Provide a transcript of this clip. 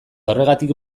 horregatik